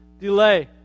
delay